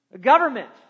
Government